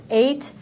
eight